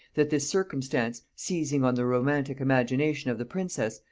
that this circumstance, seizing on the romantic imagination of the princess,